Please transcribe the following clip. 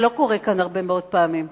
זה לא קורה כאן הרבה מאוד פעמים.